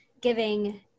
giving –